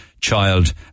child